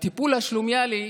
הטיפול השלומיאלי